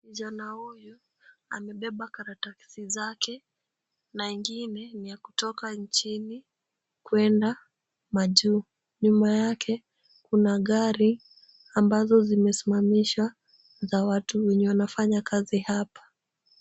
Kijana huyu amebeba karatasi zake na ingine ya kutoka nchi ni kuenda majuu. Nyuma yake kuna gari ambazo zimesimamishwa za watu wenye wanafanya kazi hapa.